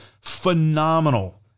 phenomenal